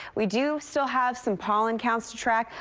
we do still have some pollen counts to track.